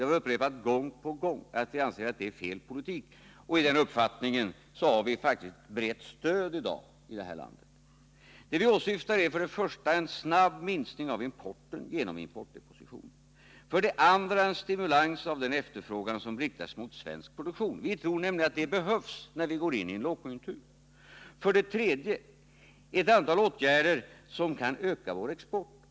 Vi har upprepat gång på gång att vi anser att det är fel politik, och i den uppfattningen har vi faktiskt brett stöd i dag i det här landet. Vi åsyftar för det första en snabb minskning av importen genom importdepositioner. För det andra vill vi åstadkomma en stimulans av den efterfrågan som riktar sig mot svensk produktion. Vi tror nämligen att det behövs när vi går in i en lågkonjunktur. För det tredje föreslår vi ett antal åtgärder som kan öka vår export.